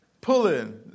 pulling